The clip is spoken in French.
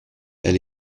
elle